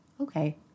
okay